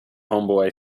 homeboy